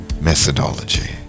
methodology